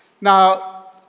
Now